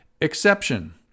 Exception